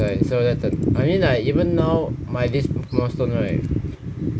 right so 我在等 I mean like even though my this milestone right